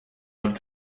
would